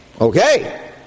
okay